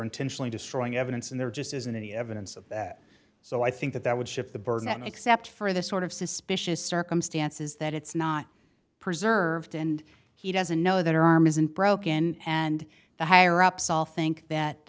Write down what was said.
intentionally destroying evidence and there just isn't any evidence of that so i think that that would shift the burden except for the sort of suspicious circumstances that it's not preserved and he doesn't know that her arm isn't broken and the higher ups all think that